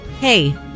hey